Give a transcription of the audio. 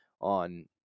on